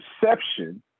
perception